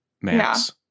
Max